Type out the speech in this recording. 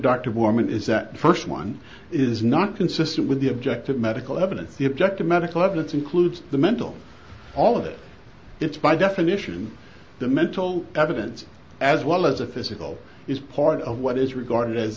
warman is that the first one is not consistent with the objective tical evidence the objective medical evidence includes the mental all of it it's by definition the mental evidence as well as a physical is part of what is regarded as